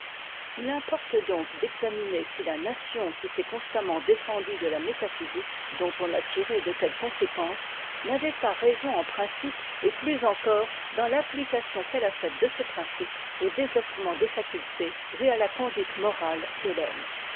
cause importe donc d'examiner si la nation qui s'est constamment défendue de la métaphysique dont on a tiré de telles conséquences n'avait pas raison en principe et plus encore dans l'application qu'elle a faite de ce principe au développement des facultés et à la conduite morale de t'hbmme